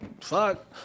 fuck